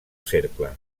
cercle